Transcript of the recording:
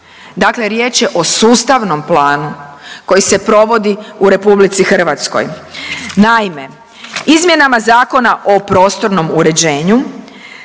dakle riječ je o sustavnom planu koji se provodi u RH. Naime, izmjenama Zakona o prostornom uređenju